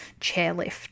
chairlift